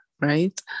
right